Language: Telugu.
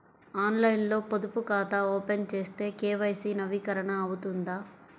ఆన్లైన్లో పొదుపు ఖాతా ఓపెన్ చేస్తే కే.వై.సి నవీకరణ అవుతుందా?